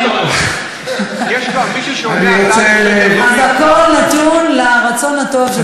אז הכול נתון לרצון הטוב של סגן השר.